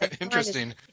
interesting